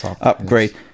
Upgrade